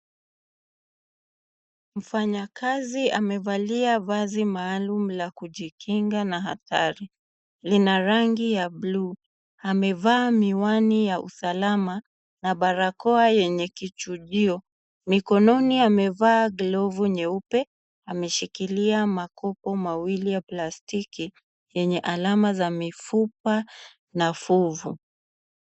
Mfanyakazi amevalia vazi maalum la kujikinga na hatari. Lina rangi ya bluu. Amevaa miwani ya usalama na barakoa yenye kichujio. Mikononi amevaa glovu nyeupe, ameshikili makopo mawili ya plastiki yenye alama za mifupa na fuvu.